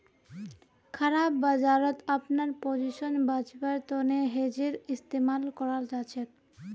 खराब बजारत अपनार पोजीशन बचव्वार तने हेजेर इस्तमाल कराल जाछेक